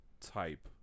type